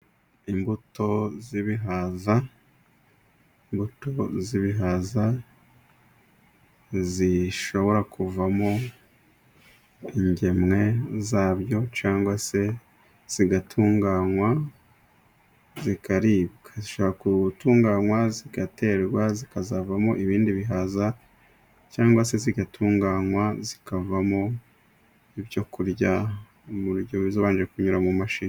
Imbuto z'ibihaza zishobora kuvamo ingemwe zabyo cyangwa se zigatunganywa, zikaribwa . Zishobora gutunganywa , zigaterwa, zikazavamo ibindi bihaza cyangwa se zigatunganywa zikavamo ibyo kurya mu buryo ziba zabanje kunyura mu mashini.